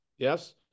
Yes